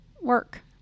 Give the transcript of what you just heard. work